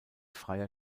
freier